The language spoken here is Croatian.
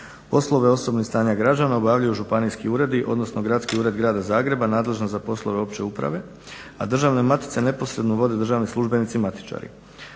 Poslove osobnih stanja građana obavljaju županijski uredi odnosno Gradski ured Grada Zagreba nadležno za poslove opće uprave, a državne matice neposredno vode državni službenici matičari.